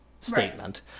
statement